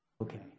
Okay